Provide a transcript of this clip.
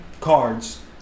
cards